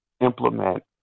implement